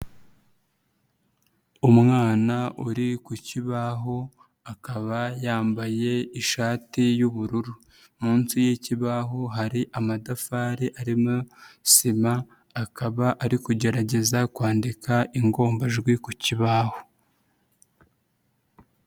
Umwana uri ku kibahu akaba yambaye ishati y'ubururu, munsi y'ikibahu hari amatafari arimo sima, akaba ari kugerageza kwandika ingombajwi ku kibahu.